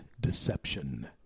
deception